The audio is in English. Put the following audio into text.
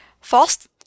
False